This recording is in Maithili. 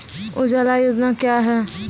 उजाला योजना क्या हैं?